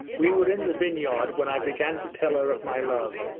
we were in the vineyard when i began to tell her of my love,